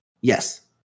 Yes